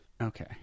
Okay